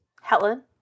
Helen